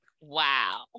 Wow